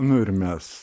nu ir mes